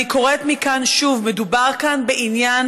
אני קוראת מכאן שוב: מדובר כאן בעניין